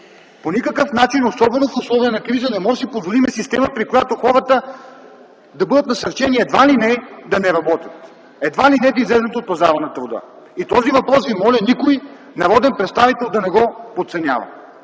По никакъв начин, особено в условия на криза, не можем да си позволим система, при която хората да бъдат насърчени едва ли не да не работят, едва ли не да излязат от пазара на труда. Моля Ви, никой народен представител да не подценява